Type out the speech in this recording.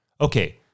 Okay